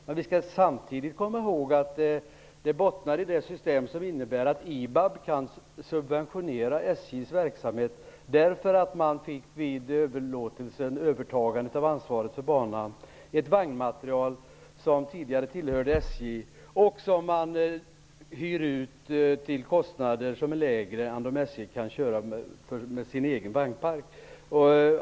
Men vi skall samtidigt komma ihåg att det bottnar i ett system som innebär att IBAB kan subventionera SJ:s verksamhet, eftersom man vid övertagandet av ansvaret för banan fick ett vagnmateriel som tidigare tillhörde SJ. Det hyr man ut till kostnader som är lägre än de som SJ har för att köra med sin egen vagnpark.